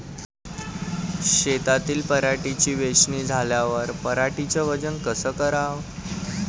शेतातील पराटीची वेचनी झाल्यावर पराटीचं वजन कस कराव?